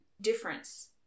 difference